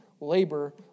labor